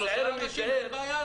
אל תנסה למצוא מענה יותר רך,